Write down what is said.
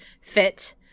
fit